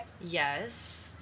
Yes